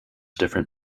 different